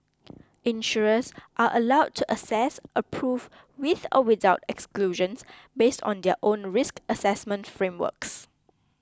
insurers are allowed to assess approve with or without exclusions based on their own risk assessment frameworks